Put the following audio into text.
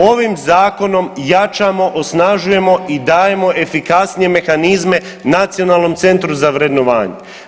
Ovim zakonom jačamo, osnažujemo i dajemo efikasnije mehanizme nacionalnom centru za vrednovanje.